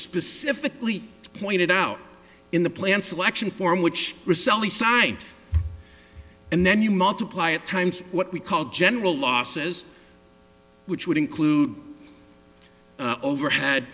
specifically pointed out in the plan selection for which resell the site and then you multiply it times what we call general losses which would include overhead